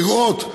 לראות,